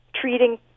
treating